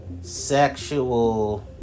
sexual